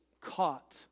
caught